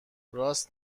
راست